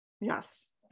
Yes